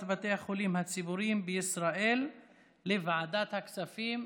בתי החולים הציבוריים בישראל לוועדת הכספים.